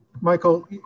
Michael